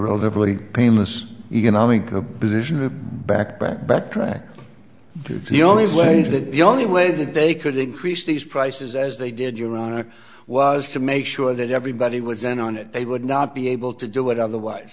relatively painless economic position back back backtrack the only way that the only way that they could increase these prices as they did your honor was to make sure that everybody was in on it they would not be able to do it otherwise